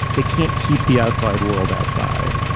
they can't keep the outside world outside